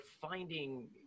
finding